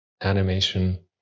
animation